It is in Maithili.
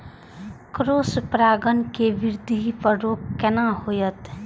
क्रॉस परागण के वृद्धि पर रोक केना होयत?